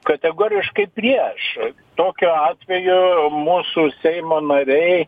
kategoriškai prieš tokiu atveju mūsų seimo nariai